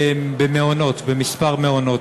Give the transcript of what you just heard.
בכמה מעונות.